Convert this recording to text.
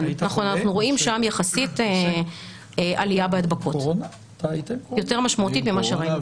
אנחנו רואים שם יחסית עלייה בהדבקות יותר משמעותית ממה שראינו ---.